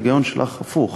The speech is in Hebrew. ההיגיון שלך הפוך